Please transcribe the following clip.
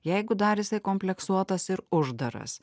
jeigu darėsi kompleksuotas ir uždaras